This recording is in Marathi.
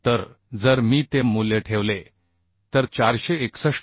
तर जर मी ते मूल्य ठेवले तर 461